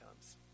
comes